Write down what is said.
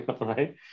right